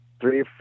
three